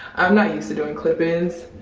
i'm not used to doing clip-ins.